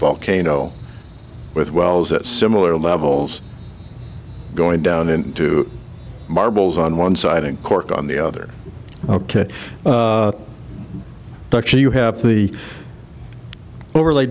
volcano with wells at similar levels going down into marbles on one side and cork on the other ok dutchy you have the overlay